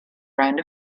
around